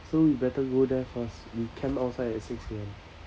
so we better go there first we camp outside at six A_M